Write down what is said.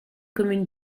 communes